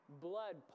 blood